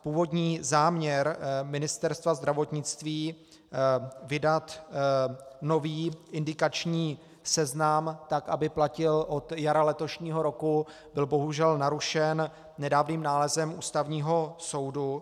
Původní záměr Ministerstva zdravotnictví vydat nový indikační seznam tak, aby platil od jara letošního roku, byl bohužel narušen nedávným nálezem Ústavního soudu.